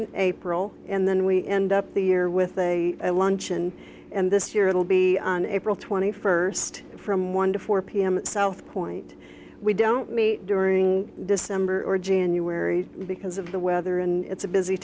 and april and then we end up the year with a luncheon and this year it'll be on april twenty first from one to four pm at southpoint we don't meet during december or january because of the weather and it's a busy